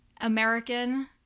American